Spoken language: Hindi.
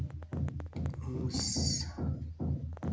हम उस